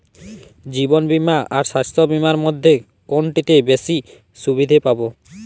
জীবন বীমা আর স্বাস্থ্য বীমার মধ্যে কোনটিতে বেশী সুবিধে পাব?